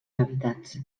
hàbitats